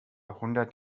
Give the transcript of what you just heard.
hundert